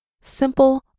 simple